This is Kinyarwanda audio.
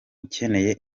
ukeneye